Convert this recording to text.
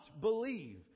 believe